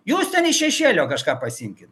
jūs ten iš šešėlio kažką pasiimkit